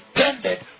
tended